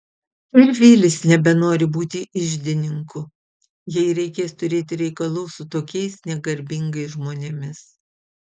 ir vilis nebenori būti iždininku jei reikės turėti reikalų su tokiais negarbingais žmonėmis